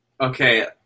Okay